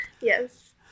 Yes